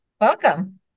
Welcome